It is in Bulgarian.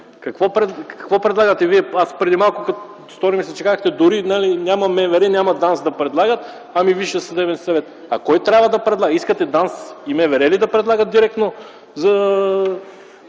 Какво предлагате Вие? Преди малко ми се стори, че казахте: дори няма МВР, няма ДАНС да предлагат, ами Висшият съдебен съвет. Кой трябва да предлага? Искате ДАНС и МВР ли да предлагат директно за